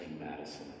Madison